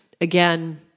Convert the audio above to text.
again